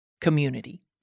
community